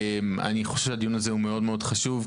אני חושב שהדיון הזה מאוד מאוד חשוב,